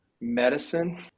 medicine